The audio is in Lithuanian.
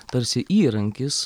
tarsi įrankis